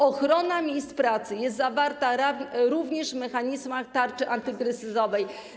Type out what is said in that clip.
Ochrona miejsc pracy jest zawarta również w mechanizmach tarczy antykryzysowej.